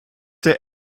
der